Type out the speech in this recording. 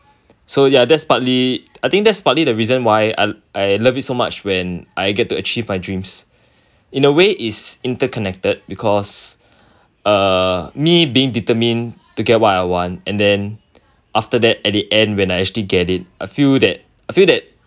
so ya that's partly I think that's partly the reason why I I love it so much when I get to achieve my dreams in a way is interconnected because uh me being determined to get what I want and then after that at the end when I actually get it I feel that I feel that